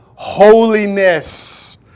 Holiness